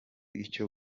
icyo